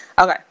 Okay